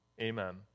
Amen